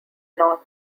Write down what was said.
north